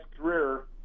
career